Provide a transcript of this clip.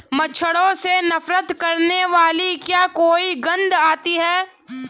मच्छरों से नफरत करने वाली क्या कोई गंध आती है?